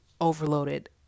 overloaded